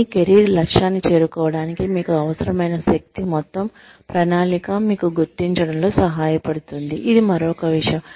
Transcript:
మీ career లక్ష్యాన్ని చేరుకోవడానికి మీకు అవసరమైన శక్తి మొత్తం ప్రణాళిక మీకు గుర్తించడంలో సహాయపడుతుంది ఇది మరొక విషయం